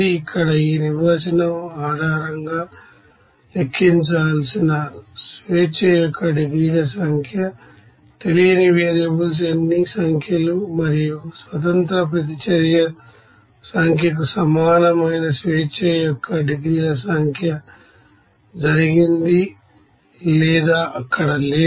ఇక్కడ ఈ నిర్వచనం ఆధారంగా లెక్కించాల్సిన ప్రాసెస్ డిగ్రీస్ అఫ్ ఫ్రీడమ్ తెలియని వేరియబుల్స్ ఎన్ని సంఖ్యలు మరియు నెంబర్ అఫ్ ఇండిపెండెంట్ రియాక్షన్స్ సంఖ్యకు సమానమైన ప్రాసెస్ డిగ్రీస్ అఫ్ ఫ్రీడమ్సంఖ్య జరిగింది లేదా అక్కడ లేదు